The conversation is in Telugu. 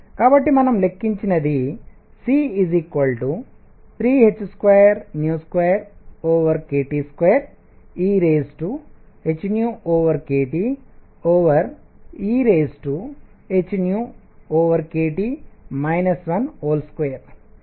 కాబట్టి మనం లెక్కించినది C 3h22kT2ehkTehkT 12